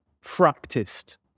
practiced